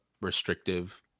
restrictive